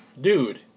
dude